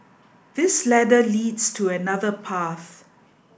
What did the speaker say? this ladder leads to another path